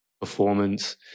performance